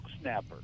snapper